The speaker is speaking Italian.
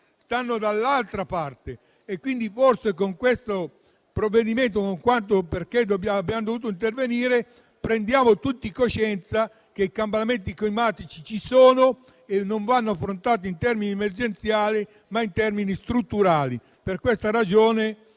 ma dall'altra parte. Forse con questo provvedimento con cui siamo dovuti intervenire prendiamo tutti coscienza che i cambiamenti climatici ci sono e non vanno affrontati in termini emergenziali, ma strutturali. Per le ragioni